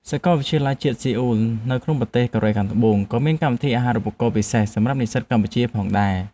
សាកលវិទ្យាល័យជាតិសេអ៊ូល នៅក្នុងប្រទេសកូរ៉េខាងត្បូងក៏មានកម្មវិធីអាហារូបករណ៍ពិសេសសម្រាប់និស្សិតកម្ពុជាផងដែរ។